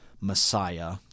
Messiah